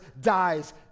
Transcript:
dies